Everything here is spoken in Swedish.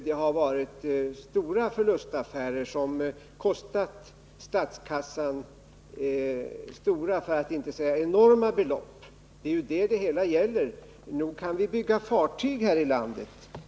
Det har varit fråga om stora förlustaffärer som har kostat statskassan betydande, för att inte säga enorma, belopp. Det är ju det det hela gäller. Nog kan vi bygga fartyg här i landet.